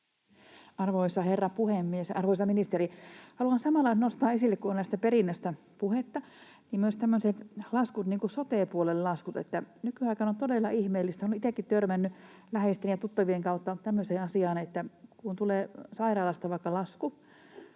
Arvoisa herra puhemies! Arvoisa ministeri! Haluan samalla nostaa esille, kun on tästä perinnästä puhetta, myös tämmöiset sote-puolen laskut. Nykyaikana on todella ihmeellistä — olen itsekin törmännyt läheisten ja tuttavien kautta tämmöiseen asiaan — että kun tulee vaikka sairaalasta lasku